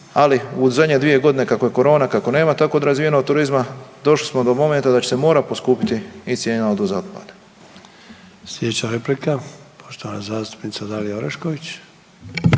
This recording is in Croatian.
ali u zadnje 2 godine, kako je korona, kako nema tako razvijenog turizma, došli smo do momenta da će se morati poskupiti i cijena odvoza otpada. **Sanader, Ante (HDZ)** Sljedeća replika poštovana zastupnica Dalija Orešković.